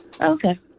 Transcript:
Okay